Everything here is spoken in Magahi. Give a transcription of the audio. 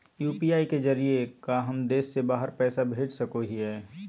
यू.पी.आई के जरिए का हम देश से बाहर पैसा भेज सको हियय?